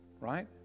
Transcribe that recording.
right